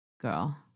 girl